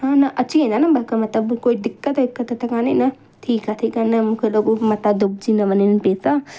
हा न अची वेंदा न ब कम त बि दिक़त विक़त त कोन्हे न ठीकु आहे ठीकु आहे न मूंखे त मथां ॾुबिजी न वञनि पैसा